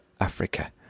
Africa